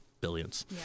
billions